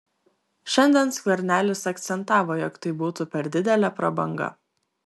šiandien skvernelis akcentavo jog tai būtų per didelė prabanga